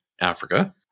Africa